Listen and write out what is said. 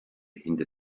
hinter